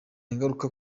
ingaruka